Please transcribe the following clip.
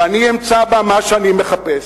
ואני אמצא בה מה שאני מחפש,